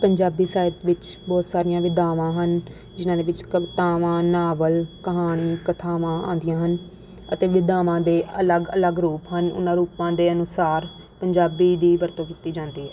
ਪੰਜਾਬੀ ਸਾਹਿਤ ਵਿੱਚ ਬਹੁਤ ਸਾਰੀਆਂ ਵਿਧਾਵਾਂ ਹਨ ਜਿਹਨਾਂ ਦੇ ਵਿੱਚ ਕਵਿਤਾਵਾਂ ਨਾਵਲ ਕਹਾਣੀ ਕਥਾਵਾਂ ਆਉਂਦੀਆਂ ਹਨ ਅਤੇ ਵਿਧਾਵਾਂ ਦੇ ਅੱਲਗ ਅਲੱਗ ਰੂਪ ਹਨ ਉਨ੍ਹਾਂ ਰੂਪਾਂ ਦੇ ਅਨੁਸਾਰ ਪੰਜਾਬੀ ਦੀ ਵਰਤੋਂ ਕੀਤੀ ਜਾਂਦੀ ਹੈ